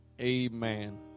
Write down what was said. amen